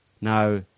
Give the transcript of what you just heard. now